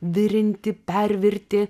virinti pervirti